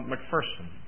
McPherson